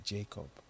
Jacob